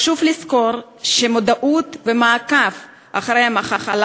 חשוב לזכור שמודעות ומעקב אחרי המחלה